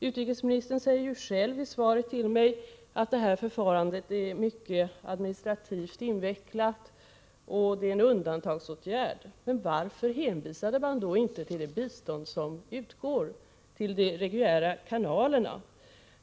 Utrikesministern säger själv i svaret, att det använda förfarandet är administrativt mycket invecklat och att det är en undantagsåtgärd. Men varför hänvisade man då inte till det bistånd som utgår, till de reguljära kanalerna?